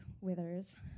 withers